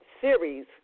series